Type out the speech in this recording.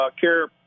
care